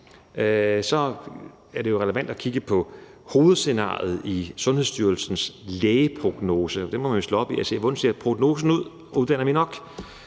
er det jo relevant at kigge på hovedscenariet i Sundhedsstyrelsens lægeprognose. Man må jo slå op i den og se på, hvordan prognosen ser ud: Uddanner vi nok?